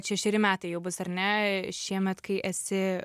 šešeri metai jau bus ar ne šiemet kai esi